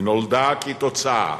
היא נולדה כתוצאה